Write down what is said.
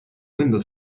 window